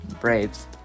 braves